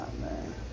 man